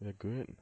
we're good